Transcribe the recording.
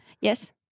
Yes